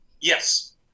yes